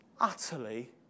utterly